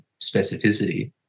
specificity